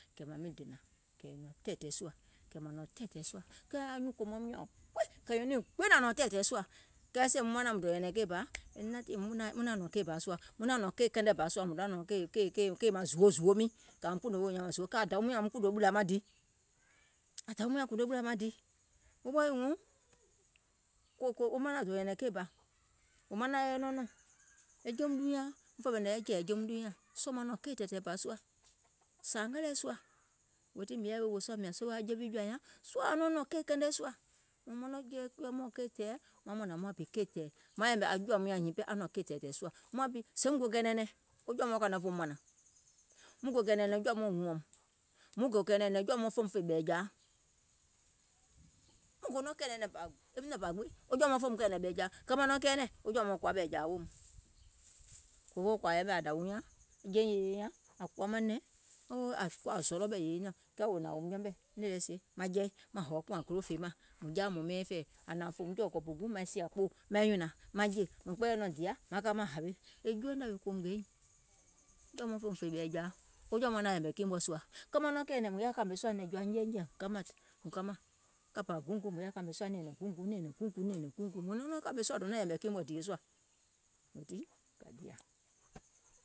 Kɛ̀ mȧŋ miŋ dènȧŋ, kɛ̀ mȧŋ nɔ̀ŋ tɛ̀ɛ̀tɛ̀ɛ̀ sùȧ, kɛ̀ anyùŋ kòmaum nyȧŋ gbiŋ kɛ̀ nyɛ̀iŋ nyiŋ gbiŋ nȧŋ nɔ̀ŋ tɛ̀ɛ̀tɛ̀ɛ̀ sùȧ, kɛɛ sèè muŋ manȧŋ muŋ dò nyɛ̀nɛ̀ŋ keì bȧ e nothing muŋ naȧŋ nɔ̀ŋ keì kɛnɛ bà sùȧ mùŋ donȧŋ nɔ̀ŋ kèè maŋ zùwo zòwo miiŋ kɛ̀ aŋ dȧwium nyȧŋ ȧum kùùnò ɓùlìȧ maŋ di, aŋ dȧwium nyȧŋ ȧŋ kùùnò ɓùlȧ maŋ di, wo ɓɔ wii huŋ wo manȧŋ wò dò nyɛ̀nɛ̀ŋ keì bȧ, wò manaŋ yɛi nɔŋ nɔ̀ŋ, e jeum ɗuunyaŋ fè ɓɛ̀nɛ̀ŋ yɛi jɛ̀ì jeum ɗuunyaȧŋ, sɔɔ̀ maŋ nɔ̀ŋ keì tɛ̀ɛ̀tɛ̀ɛ̀ bȧ sùȧ sȧȧngɛ lɛɛ̀ sùȧ, weètii mìŋ yaȧ weè wòò sùȧ mìȧŋ aŋ je wi jɔ̀ȧ nyaŋ sɔɔ̀ aŋ nɔŋ nɔ̀ŋ keì kɛnɛ sùȧ, mùŋ mɔnɔŋ jɔ̀ȧ mɔɔ̀ŋ keì tɛ̀ɛ̀, maŋ mȧnȧŋ muȧŋ bi kei tɛ̀ɛ̀, maŋ yɛ̀mɛ̀ aŋ jɔ̀ȧum nyȧŋ hiŋ pɛɛ aŋ nɔ̀ŋ keì tɛ̀ɛ̀ sùȧ, muȧŋ bi sèè muŋ gò kɛ̀ɛ̀nɛ̀ŋ nɛ̀ŋ, wo jɔ̀ȧ mɔɔ̀ŋ kȧ nɔ̀ɔŋ fòum mȧnȧŋ, muŋ gò kɛ̀ɛ̀nɛ̀ŋ nɛ̀ŋ jɔ̀ȧ mɔɔ̀ŋ wuɔ̀m, muŋ gò kɛ̀ɛ̀nɛ̀ŋ nɛ̀ŋ jɔ̀ȧ mɔɔ̀ŋ fòum fè ɓɛ̀ɛ̀jȧa, mùŋ gò nɔŋ kɛ̀ɛ̀nɛ̀ŋ nɛ̀ŋ gbiŋ jɔ̀ȧ mɔɔ̀ŋ fòum kɛ̀ɛ̀nɛ̀ŋ ɓɛ̀ɛ̀jȧa, kɛɛ maŋ nɔŋ kɛɛnɛ̀ŋ wo jɔ̀ȧ mɔɔ̀ŋ kuwa ɓɛ̀ɛ̀jȧa weèum, fòfoo kɔ̀ȧ yɛmɛ̀ dȧwiuŋ nyȧŋ, je nyiŋ nyùùŋ nyaŋ kuwa nɛ̀ŋ ȧŋ koȧ zɔlɔ̀ ɓɛ̀ yèye nyiŋ nyȧŋ, kɛɛ wò hnȧŋ wòum yɛmɛ̀, nìì sie maŋ hòȧ kùȧŋ golò fèemȧŋ mùŋ jaa mùŋ mɛɛŋ fɛ̀ɛ̀, ȧŋ hnȧŋ fòùm jɔ̀ɔ̀ kɔ̀pù guùŋ maiŋ sìȧ kpoò maiŋ nyùnȧŋ maŋ jè, mùŋ kpɛɛyɛ̀ nɔŋ dìa maŋ ka maŋ hawe, wo jɔ̀ȧ mɔɔ̀ŋ fòum fè ɓɛ̀ɛ̀jȧa, wo jɔ̀ȧ mɔɔ̀ŋ naȧŋ yɛ̀mɛ̀ kii mɔ̀ɛ̀ sùȧ, kɛɛ maŋ nɔŋ mùŋ yaȧ kȧmè sùȧ nɛ̀ŋ jɔa nyɛɛnyɛ̀ɛ̀, mùŋ kamȧŋ, kȧpȧ guùŋ guùŋ mùŋ yaȧiŋ kȧmè sùȧ